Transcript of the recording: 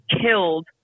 killed